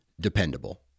dependable